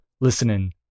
listening